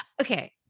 Okay